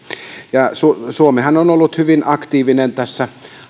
suomihan on ollut hyvin aktiivinen tässä